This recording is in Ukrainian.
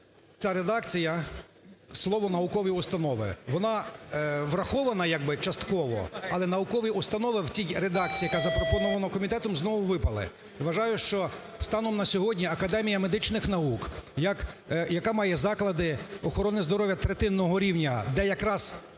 ця редакція: слово "наукові установи". Вона врахована як би частково, але наукові установи в тій редакції, яка запропонована комітетом, знову випали. І вважаю, що станом на сьогодні Академія медичних наук, яка має заклади охорони здоров'я третинного рівня, де якраз